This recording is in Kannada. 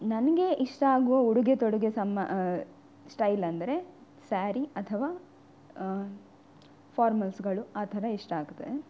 ನನಗೆ ಇಷ್ಟ ಆಗುವ ಉಡುಗೆ ತೊಡುಗೆ ಸಮ್ಮ ಸ್ಟೈಲ್ ಅಂದರೆ ಸ್ಯಾರಿ ಅಥವಾ ಫಾರ್ಮಲ್ಸ್ಗಳು ಆ ಥರ ಇಷ್ಟ ಆಗತ್ತೆ